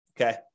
okay